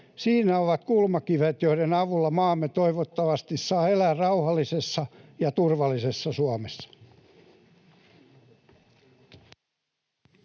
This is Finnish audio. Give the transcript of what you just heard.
siinä ovat kulmakivet, joiden avulla toivottavasti saamme elää rauhallisessa ja turvallisessa Suomessa.